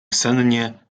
sennie